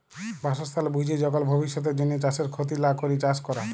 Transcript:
বাসস্থাল বুইঝে যখল ভবিষ্যতের জ্যনহে চাষের খ্যতি লা ক্যরে চাষ ক্যরা